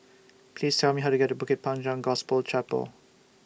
Please Tell Me How to get to Bukit Panjang Gospel Chapel